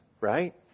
right